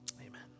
Amen